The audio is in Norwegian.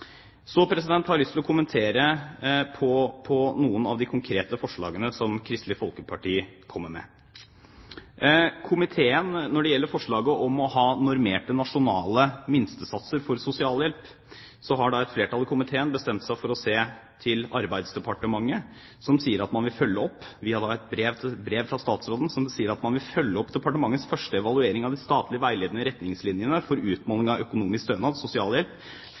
har jeg lyst til å kommentere noen av de konkrete forslagene til Kristelig Folkeparti. Når det gjelder forslaget om å ha normerte nasjonale minstesatser for sosialhjelp, har et flertall i komiteen bestemt seg for å se til Arbeidsdepartementet. I et brev fra statsråden står det at man «vil følge opp departementets første evaluering av de statlige veiledende retningslinjene for utmåling av økonomisk stønad